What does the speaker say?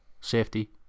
safety